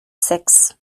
six